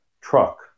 truck